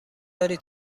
داری